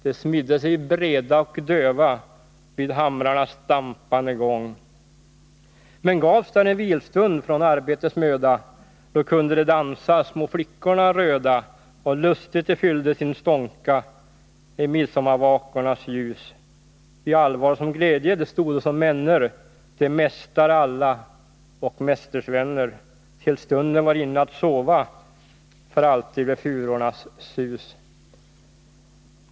De smidde sig breda och döva Men gavs där en vilstund från arbetets möda, nog kunde de dansa små flickorna röda och lustigt de fyllde sin stånka I allvar som glädje de stodo som männer, tills stunden var inne att sova för alltid vid furornas sus.